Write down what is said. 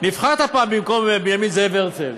נבחרת פעם במקום בנימין זאב הרצל.